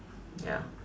ya